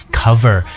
cover，